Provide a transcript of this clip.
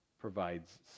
provides